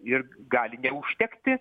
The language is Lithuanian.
ir gali neužtekti